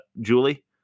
Julie